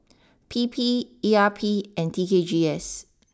P P E R P and T K G S